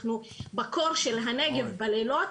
בקור של הנגב בלילות.